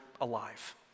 alive